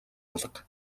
алга